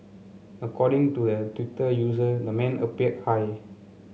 according to the Twitter user the man appeared high